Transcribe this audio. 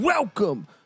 Welcome